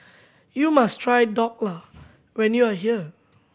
you must try Dhokla when you are here